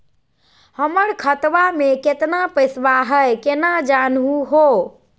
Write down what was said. हमर खतवा मे केतना पैसवा हई, केना जानहु हो?